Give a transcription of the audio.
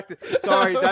Sorry